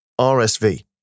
RSV